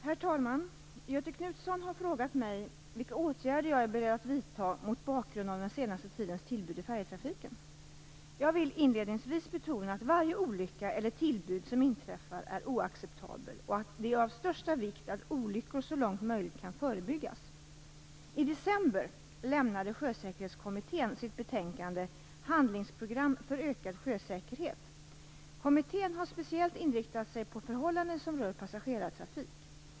Herr talman! Göthe Knutson har frågat mig vilka åtgärder jag är beredd att vidta mot bakgrund av den senaste tidens tillbud i färjetrafiken. Jag vill inledningsvis betona att alla olyckor eller tillbud som inträffar är oacceptabla, och att det är av största vikt att olyckor så långt möjligt kan förebyggas. Kommittén har speciellt inriktat sig på förhållanden som rör passagerartrafik.